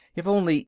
if only.